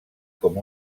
com